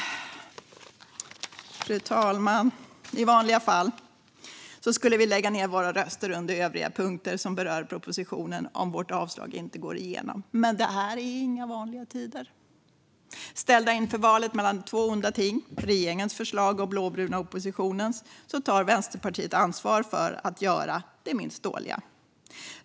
Fru talman! I vanliga fall skulle vi lägga ned våra röster under övriga punkter som berör propositionen om vårt avslag inte går igenom, men det här är inga vanliga tider. Ställda inför valet mellan två onda ting - regeringens förslag och den blåbruna oppositionens - tar vi i Vänsterpartiet ansvar för att göra det minst dåliga.